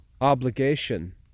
obligation